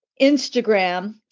Instagram